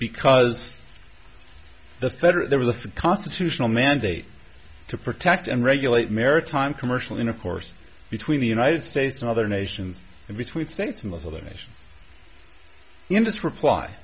because the federal there was a constitutional mandate to protect and regulate maritime commercial intercourse between the united states and other nations and between states in most of the nations in this reply